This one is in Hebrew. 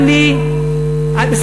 אצלכם הכול בצורה חופשית.